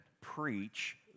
preach